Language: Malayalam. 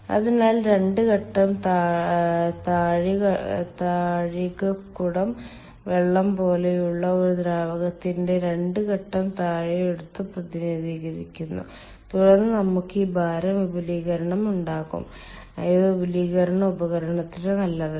അതിനാൽ രണ്ട് ഘട്ടം താഴികക്കുടം വെള്ളം പോലെയുള്ള ഒരു ദ്രാവകത്തിന്റെ രണ്ട് ഘട്ട താഴികക്കുടത്തെ പ്രതിനിധീകരിക്കുന്നു തുടർന്ന് നമുക്ക് ഈ ഭാരം വിപുലീകരണം ഉണ്ടാകും ഇത് വിപുലീകരണ ഉപകരണത്തിന് നല്ലതല്ല